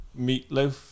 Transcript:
Meatloaf